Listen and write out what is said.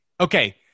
Okay